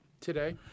today